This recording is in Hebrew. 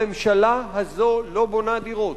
הממשלה הזו לא בונה דירות,